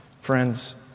friends